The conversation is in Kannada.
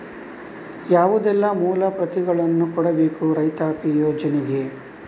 ಯಾವುದೆಲ್ಲ ಮೂಲ ಪ್ರತಿಗಳನ್ನು ಕೊಡಬೇಕು ರೈತಾಪಿ ಯೋಜನೆಗೆ?